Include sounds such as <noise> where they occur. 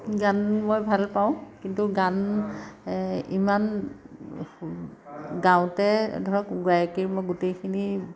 গান মই ভাল পাওঁ কিন্তু গান ইমান <unintelligible> গাওঁতে ধৰক গায়িকীৰ মই গোটেইখিনি